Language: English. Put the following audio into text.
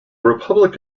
republic